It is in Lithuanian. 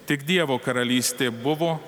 tik dievo karalystė buvo